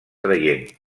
traient